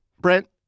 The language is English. Brent